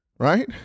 Right